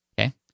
Okay